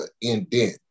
indent